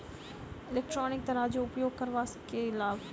Electronic तराजू उपयोग करबा सऽ केँ लाभ?